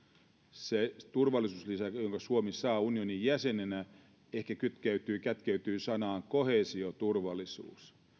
se turvallisuuslisä jonka suomi saa unionin jäsenenä ehkä kytkeytyy kätkeytyy sanaan koheesioturvallisuus